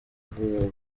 vuba